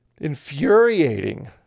infuriating